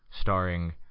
starring